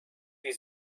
wie